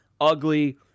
ugly